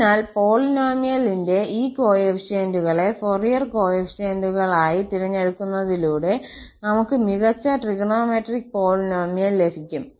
അതിനാൽ പോളിനോമിയലിന്റെ ഈ കോഎഫിഷ്യന്റുകളെ ഫോറിയർ കോഫിഫിഷ്യന്റുകളായി തിരഞ്ഞെടുക്കുന്നതിലൂടെ നമുക്ക് മികച്ച ട്രിഗണോമെട്രിക് പോളിനോമിയൽ ലഭിക്കും